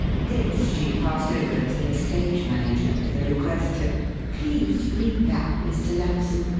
this she passed over to the stage manager, with a request to please read that, mr. lampson,